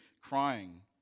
crying